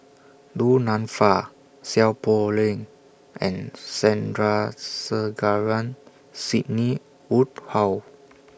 Du Nanfa Seow Poh Leng and Sandrasegaran Sidney Woodhull